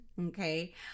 Okay